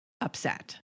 upset